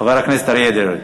חבר הכנסת אריה דרעי.